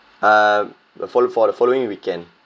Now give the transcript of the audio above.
uh the fol~ for the following weekend